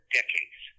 decades